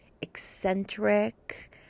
eccentric